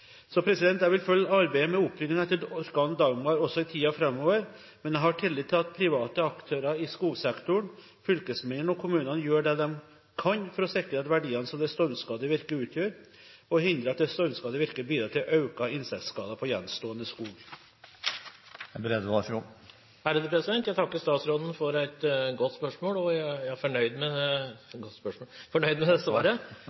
Jeg vil følge arbeidet med opprydningen etter orkanen «Dagmar» også i tiden framover, men jeg har tillit til at private aktører i skogsektoren, fylkesmennene og kommunene gjør det de kan for å sikre de verdiene som det stormskadde virket utgjør, og hindre at det stormskadde virket bidrar til økte insektskader på gjenstående skog. Jeg takker statsråden for et godt svar, og jeg er fornøyd med svaret.